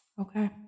okay